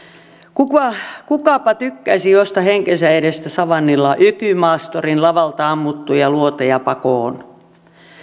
kukapa kukapa tykkäisi juosta henkensä edestä savannilla ökymaasturin lavalta ammuttuja luoteja pakoon